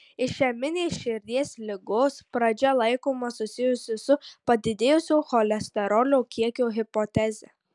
išeminės širdies ligos pradžia laikoma susijusi su padidėjusio cholesterolio kiekio hipoteze